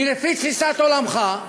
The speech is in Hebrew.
כי לפי תפיסת עולמך,